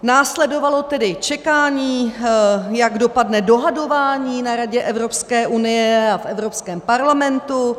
Následovalo tedy čekání, jak dopadne dohadování na Radě Evropské unie a v Evropském parlamentu.